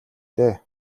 дээ